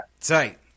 Tight